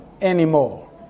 anymore